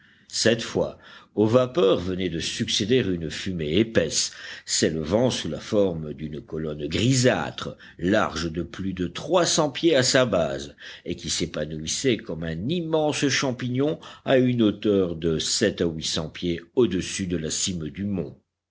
cette fois aux vapeurs venait de succéder une fumée épaisse s'élevant sous la forme d'une colonne grisâtre large de plus de trois cents pieds à sa base et qui s'épanouissait comme un immense champignon à une hauteur de sept à huit cents pieds au-dessus de la cime du mont